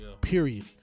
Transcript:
period